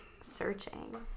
searching